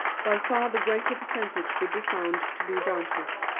by far the greater percentage would be found to be dancers.